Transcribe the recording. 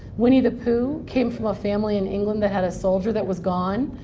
winnie-the-pooh came from a family in england that had a soldier that was gone.